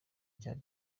cyari